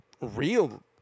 real